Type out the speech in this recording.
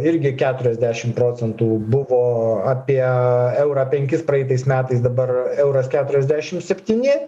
irgi keturiasdešim procentų buvo apie eurą penkis praeitais metais dabar euras keturiasdešim septyni